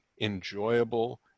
enjoyable